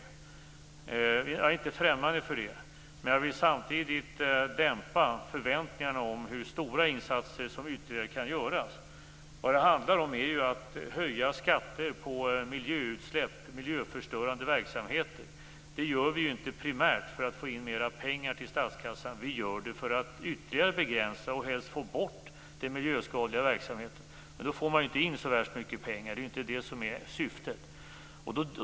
Vi är inte främmande för det. Men jag vill samtidigt dämpa förväntningarna på hur stora ytterligare insatser som kan göras. Vad det handlar om är att höja skatter på miljöutsläpp eller miljöförstörande verksamheter. Det gör vi inte primärt för att få in mer pengar till statskassan - vi gör det för att ytterligare begränsa och helst få bort den miljöskadliga verksamheten. Men i så fall får man ju inte in så värst mycket pengar, och det är inte heller syftet.